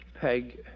Peg